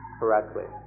correctly